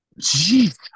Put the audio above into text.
Jeez